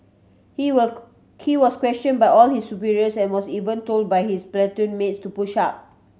he were he was question by all his superiors and was even told by his platoon mates to push up